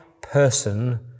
person